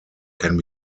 can